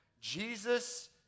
Jesus